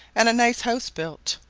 and a nice house built.